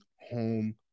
home